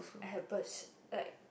I have birch like